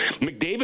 mcdavid